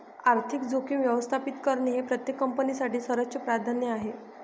आर्थिक जोखीम व्यवस्थापित करणे हे प्रत्येक कंपनीसाठी सर्वोच्च प्राधान्य आहे